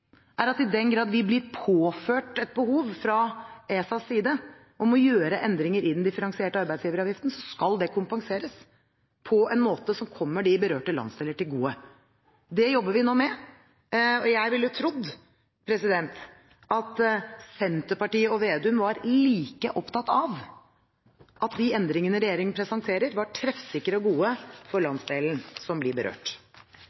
er at i den grad vi blir påført et behov fra ESAs side om å gjøre endringer i den differensierte arbeidsgiveravgiften, skal det kompenseres på en måte som kommer de berørte landsdeler til gode. Det jobber vi nå med. Jeg trodde at Senterpartiet og Slagsvold Vedum på samme måte ville være opptatt av at de endringene regjeringen presenterer, er treffsikre og gode for